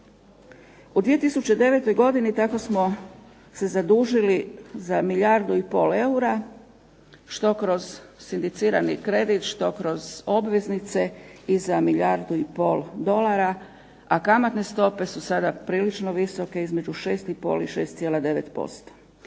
U 2009. godini tako smo se zadužili za milijardu i pol eura što kroz sindicirani kredit, što kroz obveznice i za milijardu i pol dolara, a kamatne stope su sada prilično visoke, između 6,5 i 6,9%.